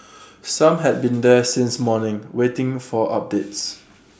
some had been there since morning waiting for updates